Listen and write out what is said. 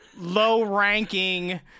low-ranking